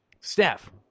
Steph